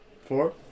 Four